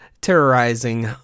terrorizing